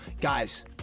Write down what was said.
Guys